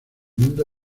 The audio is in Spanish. mundo